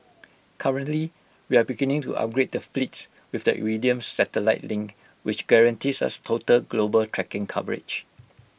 currently we are beginning to upgrade the fleets with the Iridium satellite link which guarantees us total global tracking coverage